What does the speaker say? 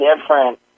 different